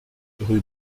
rue